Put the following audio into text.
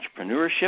entrepreneurship